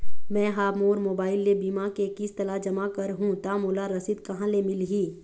मैं हा मोर मोबाइल ले बीमा के किस्त ला जमा कर हु ता मोला रसीद कहां ले मिल ही?